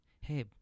hey